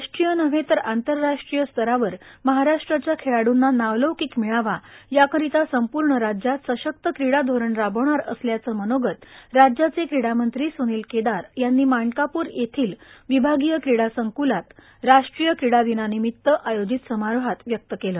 राष्ट्रीय नव्हे तर आंतरराष्ट्रीय स्तरावर महाराष्ट्रच्या खेळाडूंना नावलौकिक मिळावा या करिता संपूर्ण राज्यात सशक्त क्रीडा धोरण राबविणार असल्याचे मनोगत राज्याचे क्रीडा मंत्री सुनील केदार यांनी मानकाप्र येथील विभागीय क्रीडा संक्लात राष्ट्रीय क्रीडा दिनानिमित्त आयोजित समारोहात व्यक्त केले